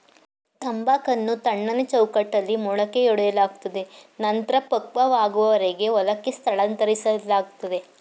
ತಂಬಾಕನ್ನು ತಣ್ಣನೆ ಚೌಕಟ್ಟಲ್ಲಿ ಮೊಳಕೆಯೊಡೆಯಲಾಗ್ತದೆ ನಂತ್ರ ಪಕ್ವವಾಗುವರೆಗೆ ಹೊಲಕ್ಕೆ ಸ್ಥಳಾಂತರಿಸ್ಲಾಗ್ತದೆ